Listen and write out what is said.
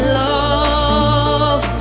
love